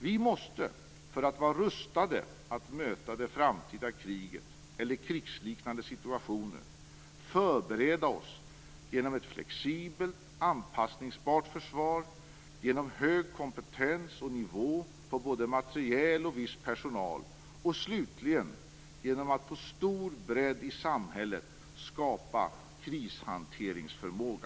Vi måste för att vara rustade att möta det framtida kriget eller den krigsliknande situationen förbereda oss genom ett flexibelt och anpassningsbart försvar och genom hög kompetens och hög nivå på både materiel och viss personal. Slutligen måste vi på stor bredd i samhället skapa krishanteringsförmåga.